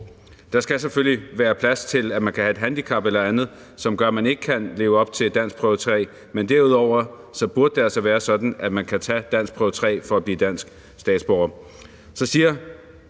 Der skal selvfølgelig være plads til, at man kan have et handicap eller andet, som gør, at man ikke kan leve op til danskprøve 3, men derudover burde det altså være sådan, at man kan tage danskprøve 3 for at blive dansk statsborger.